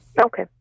Okay